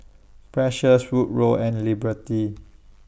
Precious Woodrow and Liberty